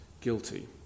guilty